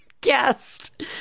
guest